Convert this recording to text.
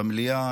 במליאה,